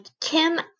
Kim